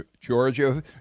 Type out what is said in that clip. Georgia